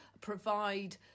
provide